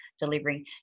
delivering